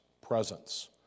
presence